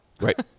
Right